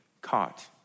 caught